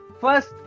first